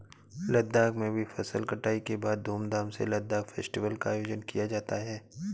लद्दाख में भी फसल कटाई के बाद धूमधाम से लद्दाख फेस्टिवल का आयोजन किया जाता है